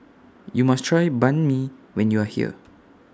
YOU must Try Banh MI when YOU Are here